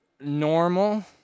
normal